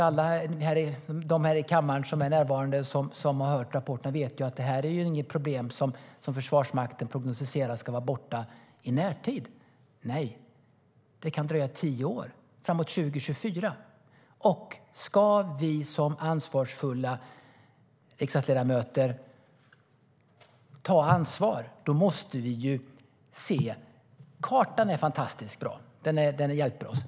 Alla i kammaren som har sett rapporten vet att detta inte är ett problem som Försvarsmakten prognostiserar ska vara borta i närtid. Nej, det kan dröja tio år, fram mot 2024, och ska vi riksdagsledamöter ta vårt ansvar måste vi se detta. Kartan är fantastiskt bra; den hjälper oss.